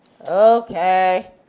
Okay